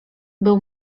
był